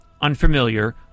unfamiliar